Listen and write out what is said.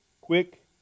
quick